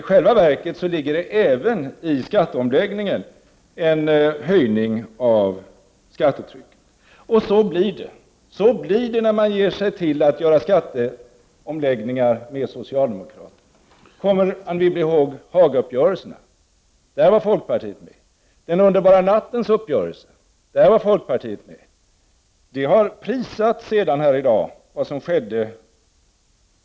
I själva verket ligger även i skatteomläggningen en höjning av skattetrycket. Så blir det när man ger sig in på skatteomläggningar med socialdemokraterna! Kommer Anne Wibble ihåg Hagauppgörelserna? Då var folkpartiet med. Kommer Anne Wibble ihåg uppgörelsen den underbara natten? Då var folkpartiet med. Vad som skedde har prisats här i dag.